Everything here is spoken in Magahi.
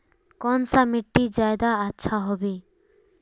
कौन सा मिट्टी ज्यादा अच्छा होबे है?